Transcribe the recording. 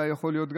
יכול להיות,